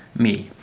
me.